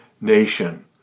nation